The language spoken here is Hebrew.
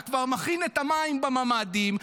אתה כבר מכין את המים בממ"דים,